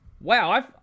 Wow